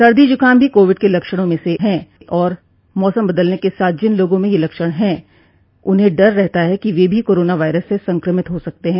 सर्दी जूकाम भी कोविड के लक्षणों में से है और मौसम बदलने के साथ जिन लोगों में ये लक्षण हैं उन्हें डर रहता है कि वे भी कोरोना वायरस से संक्रमित हो सकते हैं